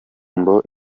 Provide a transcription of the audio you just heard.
ngo